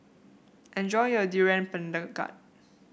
enjoy your Durian Pengat